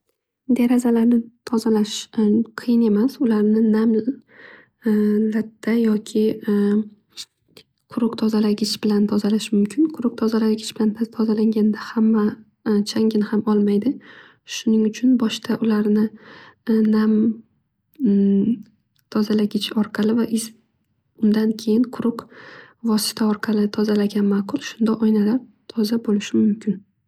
Derazalarni tozalash qiyin emas. Ularni nam latta yoki quruq tozalagich bilan tozalash mumkin. Quruq tozalagich bilan tozalanganda hamma changini ham olmaydi shuning uchun boshda ularni nam tozalagich orqali va undan keyin quruq vosita orqali tozalagan maqul. Shunda oynalar toza bo'lishi mumkin.